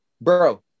bro